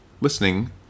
listening